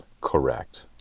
Correct